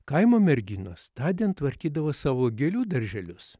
kaimo merginos tądien tvarkydavo savo gėlių darželius